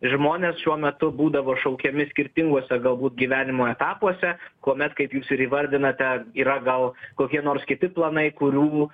žmonės šiuo metu būdavo šaukiami skirtinguose galbūt gyvenimo etapuose kuomet kaip jūs ir įvardinate yra gal kokie nors kiti planai kurių